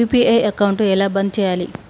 UPI account ఎలా బంద్ చేయాలి?